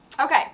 okay